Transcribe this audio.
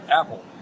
Apple